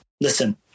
listen